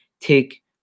take